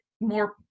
more